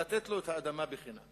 לתת לו את האדמה בחינם